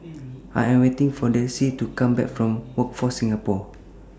I Am waiting For Delcie to Come Back from Workforce Singapore